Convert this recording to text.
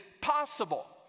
possible